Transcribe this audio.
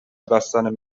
بستن